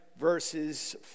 verses